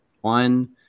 one